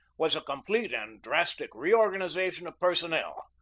was a complete and drastic reorganization of personnel,